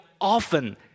often